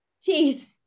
teeth